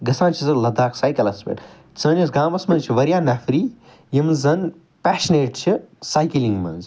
گَژھان چھُ سُہ لَداخ سایکَلَس پٮ۪ٹھ سٲنِس گامَس مَنٛز چھِ واریاہ نَفری یِم زَن پیشِنیٹ چھِ سایکٕلِنٛگ مَنٛز